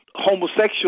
Homosexual